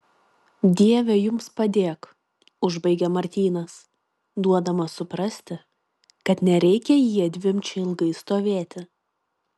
dieve jums padėk užbaigia martynas duodamas suprasti kad nereikia jiedviem čia ilgai stovėti